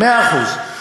מאה אחוז.